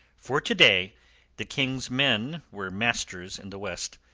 for to-day the king's men were masters in the west,